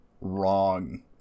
wrong